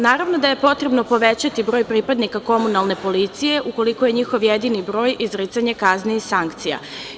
Naravno da je potrebno povećati broj pripadnika komunalne policije, ukoliko je njihov jedini broj izricanje kazne i sankcija.